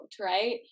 right